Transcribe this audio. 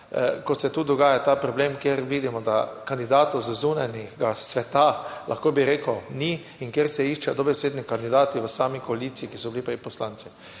ko se tudi dogaja ta problem, kjer vidimo, da kandidatov z zunanjega sveta, lahko bi rekel ni in kjer se iščejo dobesedno kandidati v sami koaliciji, ki so bili prej poslanci.